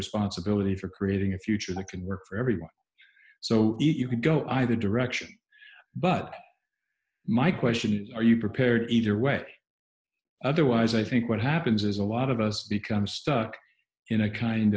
responsibility for creating a future that can work for everyone so you can go either direction but my question is are you prepared either way otherwise i think what happens is a lot of us become stuck in a kind